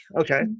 Okay